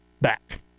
back